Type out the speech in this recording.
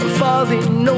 falling